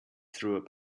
through